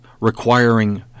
requiring